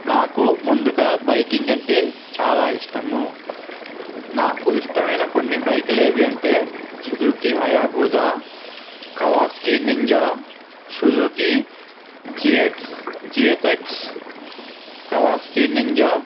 నాకు ముందుగా బైకింగ్ అంటే చాలా ఇష్టము నాకు ఇష్టమైన కొన్ని బైకులు ఏవి అంటే Suzuki Hayabusa Kawasaki Ninja Suzuki GX GSX Kawasaki ninja